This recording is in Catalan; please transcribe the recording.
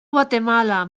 guatemala